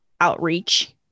outreach